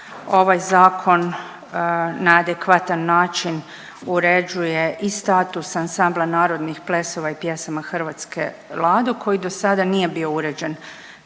ovaj zakon na adekvatan način uređuje i status ansambla narodnih plesova i pjesama Hrvatske Lado koji dosada nije bio uređen